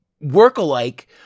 work-alike